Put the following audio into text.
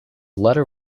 letter